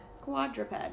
Quadruped